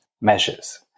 measures